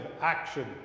action